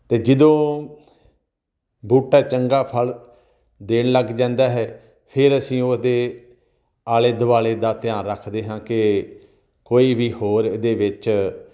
ਅਤੇ ਜਦੋਂ ਬੂਟਾ ਚੰਗਾ ਫਲ ਦੇਣ ਲੱਗ ਜਾਂਦਾ ਹੈ ਫਿਰ ਅਸੀਂ ਉਹਦੇ ਆਲੇ ਦੁਆਲੇ ਦਾ ਧਿਆਨ ਰੱਖਦੇ ਹਾਂ ਕਿ ਕੋਈ ਵੀ ਹੋਰ ਇਹਦੇ ਵਿੱਚ